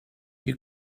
you